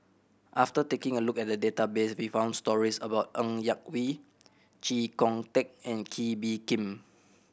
after taking a look at the database we found stories about Ng Yak Whee Chee Kong Tet and Kee Bee Khim